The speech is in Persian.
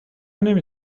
نمی